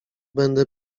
będę